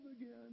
again